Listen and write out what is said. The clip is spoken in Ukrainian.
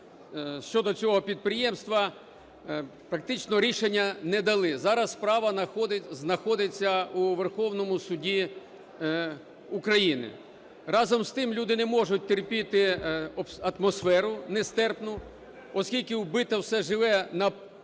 щодо цього підприємства практично рішення не дали. Зараз справа знаходиться у Верховному Суді України. Разом з тим, люди не можуть терпіти атмосферу нестерпну, оскільки вбито все живе на площі